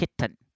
Kitten